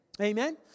Amen